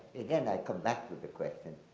again, i come back with the question,